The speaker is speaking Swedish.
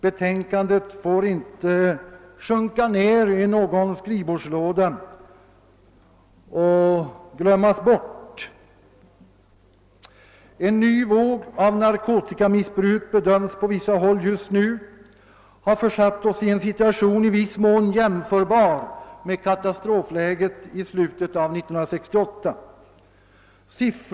Betänkandet får inte sjunka ned i någon skrivbordslåda och glömmas bort. En ny våg av narkotikamissbruk bedöms på vissa håll just nu ha försatt oss i en situation som i viss mån är jämförbar med katastrofläget i slutet av 1968.